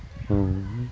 औ